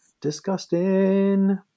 disgusting